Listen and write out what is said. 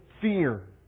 fear